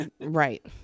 right